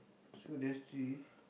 so there's three